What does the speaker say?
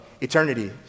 eternity